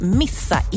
missa